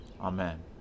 Amen